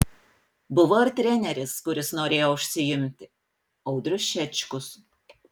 buvo ir treneris kuris norėjo užsiimti audrius šečkus